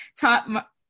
top